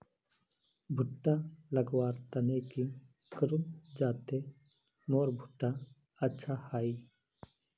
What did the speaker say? भुट्टा लगवार तने की करूम जाते मोर भुट्टा अच्छा हाई?